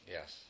Yes